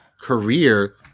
career